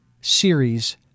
series